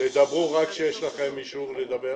דברו רק כשיש לכם אישור לדבר.